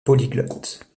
polyglotte